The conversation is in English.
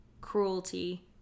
cruelty